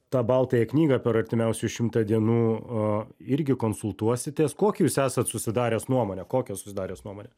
tą baltąją knygą per artimiausius šimtą dienų irgi konsultuositės kokį jūs esat susidaręs nuomonę kokią susidaręs nuomonę